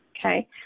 okay